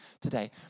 today